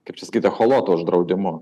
kaip čia sakyt echoloto uždraudimu